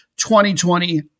2020